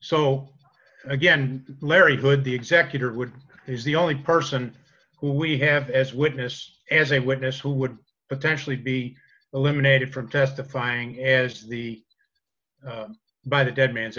so again larry good the executor which is the only person who we have as witness as a witness who would potentially be eliminated from testifying as the by the dead man's